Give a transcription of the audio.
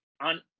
on